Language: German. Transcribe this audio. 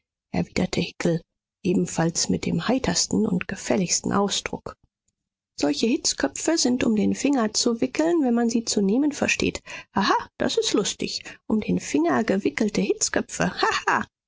erwiderte hickel ebenfalls mit dem heitersten und gefälligsten ausdruck solche hitzköpfe sind um den finger zu wickeln wenn man sie zu nehmen versteht haha das ist lustig um den finger gewickelte hitzköpfe